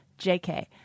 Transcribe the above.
JK